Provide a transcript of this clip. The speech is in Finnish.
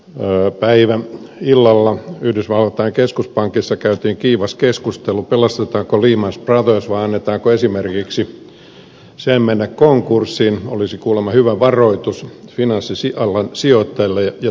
päivänä illalla yhdysvaltain keskuspankissa käytiin kiivas keskustelu pelastetaanko lehman brothers vai annetaanko sen esimerkiksi mennä konkurssiin mikä olisi kuulemma hyvä varoitus finanssialan sijoittajille ja tuotekehittelijöille